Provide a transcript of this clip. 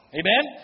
amen